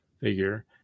figure